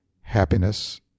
happiness